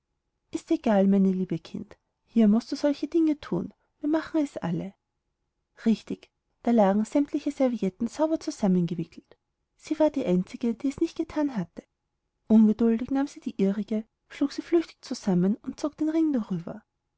ist egal meine liebe kind hier mußt du solche dinge thun wir machen es alle richtig da lagen sämtliche servietten sauber zusammengewickelt sie war die einzige die es nicht gethan hatte ungeduldig nahm sie die ihrige schlug sie flüchtig zusammen und zog den ring darüber